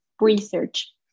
research